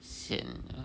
sian lah